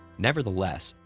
nevertheless,